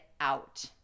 out